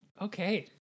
Okay